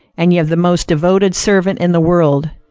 and you have the most devoted servant in the world.